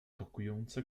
tokujące